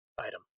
item